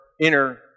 inner